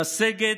לסגת,